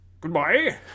goodbye